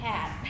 Cat